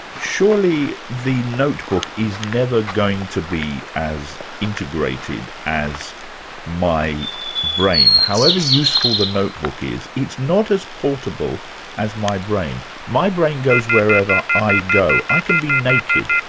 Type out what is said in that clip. surely the notebook is never going to be as integrated as my brain. however useful the notebook is, it's not as portable as my brain. my brain goes wherever i do, i can be naked,